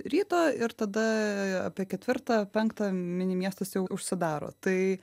ryto ir tada apie ketvirtą penktą mini miestas jau užsidaro tai